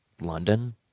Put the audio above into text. London